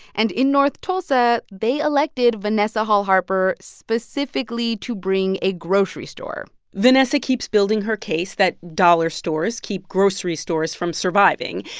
and in north tulsa, they elected vanessa hall-harper specifically to bring a grocery store vanessa keeps building her case that dollar stores keep grocery stores from surviving.